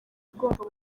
ugomba